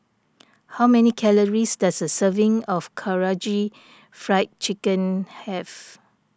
how many calories does a serving of Karaage Fried Chicken have